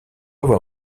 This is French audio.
avoir